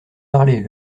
parler